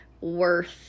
worth